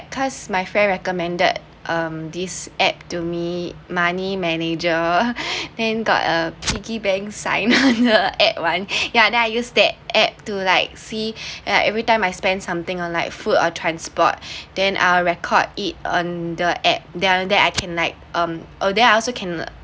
because my friend recommended um this app to me money manager then got a piggy bank sign on the app [one] ya then I use the app to like see uh everytime I spend something on like food or transport then I’ll record it on the app then after that I can like um although I also can